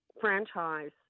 franchise